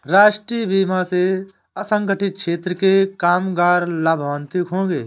राष्ट्रीय बीमा से असंगठित क्षेत्र के कामगार लाभान्वित होंगे